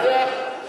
רופא מנתח,